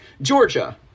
Georgia